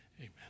Amen